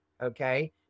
okay